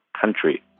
country